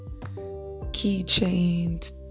keychains